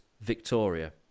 Victoria